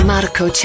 Marco